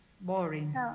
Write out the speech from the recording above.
Boring